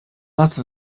last